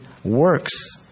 Works